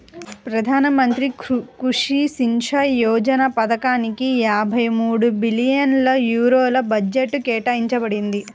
ప్రధాన మంత్రి కృషి సించాయ్ యోజన పథకానిక యాభై మూడు బిలియన్ యూరోల బడ్జెట్ కేటాయించబడింది